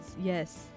Yes